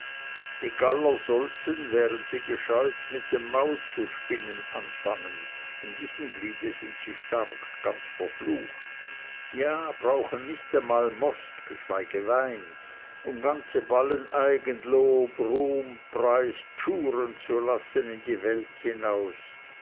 die st galler sollten wären sie gescheut mit dem maul zu spinnen anfangen in diesem gliede sind sie stark ganz verflucht ja brauchen nicht einmal most geschweige wein um ganze ballen eigenlob ruhm preis tschuren zu lassen in die welt hinaus